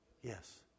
Yes